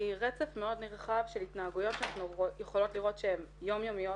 אקח כמה נציגים ואנחנו נראה איך אנחנו מקדמים את השותפויות האלה.